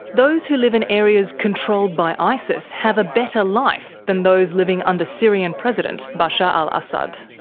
those who live in areas controlled by isis have a better life than those living under syrian president bashar al-assad.